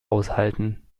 aushalten